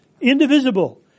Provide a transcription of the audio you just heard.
indivisible